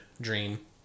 dream